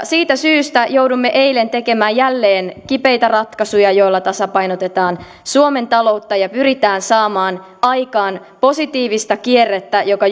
siitä syystä jouduimme eilen tekemään jälleen kipeitä ratkaisuja joilla tasapainotetaan suomen taloutta ja pyritään saamaan aikaan positiivista kierrettä joka